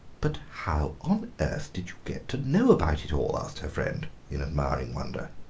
but how on earth did you get to know about it all? asked her friend, in admiring wonder.